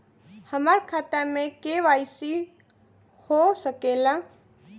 हमार खाता में के.वाइ.सी हो सकेला?